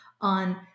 on